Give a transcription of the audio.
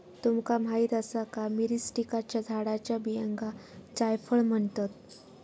तुमका माहीत आसा का, मिरीस्टिकाच्या झाडाच्या बियांका जायफळ म्हणतत?